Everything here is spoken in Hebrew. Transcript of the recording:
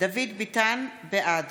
בעד